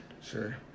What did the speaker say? Sure